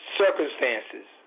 circumstances